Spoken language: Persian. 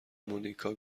مونیکا